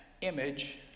image